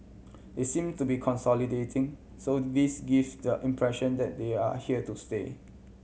they seem to be consolidating so this gives the impression that they are here to stay